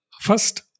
first